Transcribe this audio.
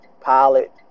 Pilot